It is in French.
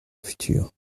future